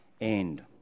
end